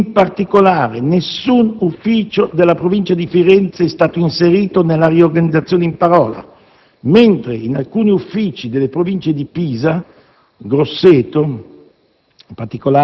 In particolare, nessun ufficio della Provincia di Firenze è stato inserito nella riorganizzazione in parola, mentre in alcuni uffici delle Province di Pisa, Grosseto